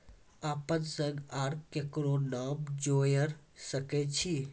अपन संग आर ककरो नाम जोयर सकैत छी?